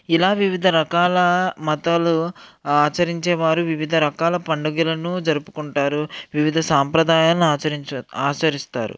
ఇలా వివిధ రకాల మతాలు ఆచరించేవారు వివిధ రకాల పండగలను జరుపుకుంటారు వివిధ సాంప్రదాయాలను ఆచరించ ఆసరిస్తారు